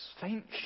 faint